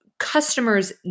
customers